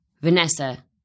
Vanessa